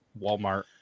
Walmart